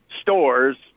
stores